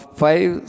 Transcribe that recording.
five